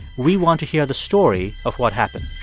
we want to hear the story of what happened